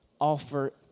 offer